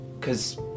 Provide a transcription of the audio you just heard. cause